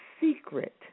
secret